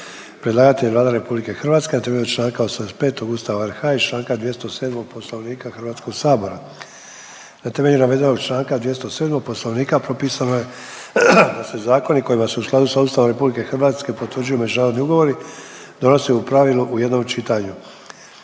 Predlagatelj je Vlada RH na temelju čl. 85 Ustava RH i čl. 207. Poslovnika Hrvatskoga sabora. Na temelju navedenog članka 207. Poslovnika propisano je da se zakoni kojima se u skladu s Ustavom RH potvrđuju međunarodni ugovori, donose u pravilu u jednom čitanju.